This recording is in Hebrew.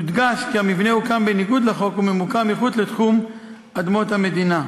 יודגש כי המבנה הוקם בניגוד לחוק וממוקם מחוץ לתחום אדמות המדינה.